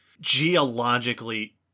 geologically